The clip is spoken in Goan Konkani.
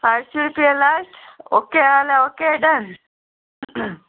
आटशीं रुपया लास्ट ओके आसल्या ओके डन